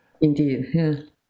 Indeed